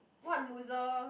what loser